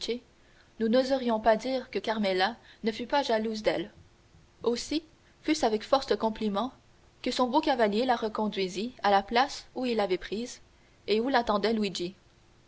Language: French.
nous n'oserions pas dire que carmela ne fut pas jalouse d'elle aussi fût-ce avec force compliments que son beau cavalier la reconduisit à la place où il l'avait prise et où l'attendait luigi deux